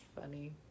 funny